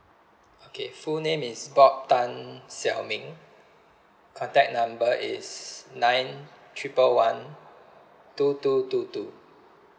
okay full name is bob tan xiao ming contact number is nine triple one two two two two